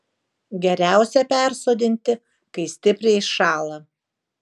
geriausiai persodinti kai stipriai šąla